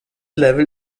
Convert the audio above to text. level